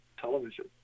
television